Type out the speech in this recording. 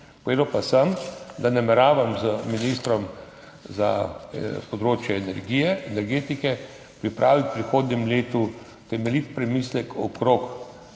Povedal pa sem, da nameravam z ministrom za področje energetike pripraviti v prihodnjem letu temeljit premislek oziroma